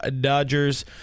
dodgers